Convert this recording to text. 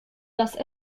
das